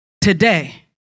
today